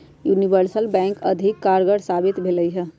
universal bank अधिक कारगर साबित भेलइ ह